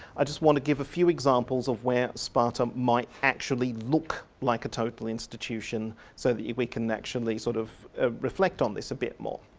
i just want to give a few examples of where sparta might actually look like a total institution so that we can actually sort of ah reflect on this a bit more.